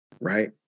right